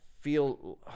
feel